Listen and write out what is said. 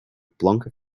planken